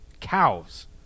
cows